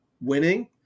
winning